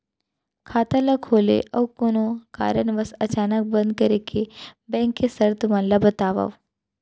खाता ला खोले अऊ कोनो कारनवश अचानक बंद करे के, बैंक के शर्त मन ला बतावव